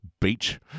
beach